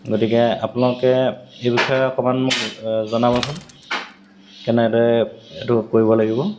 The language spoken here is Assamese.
গতিকে আপোনালোকে এই বিষয়ে অকণমান মোক জনাবচোন কেনেদৰে এইটো কৰিব লাগিব